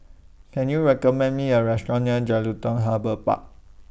Can YOU recommend Me A Restaurant near Jelutung Harbour Park